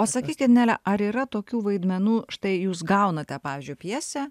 o sakykit nele ar yra tokių vaidmenų štai jūs gaunate pavyzdžiui pjesę